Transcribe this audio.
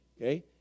Okay